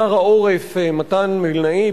שר העורף מתן וילנאי,